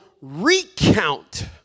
recount